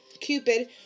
Cupid